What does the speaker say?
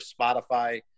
Spotify